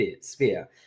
sphere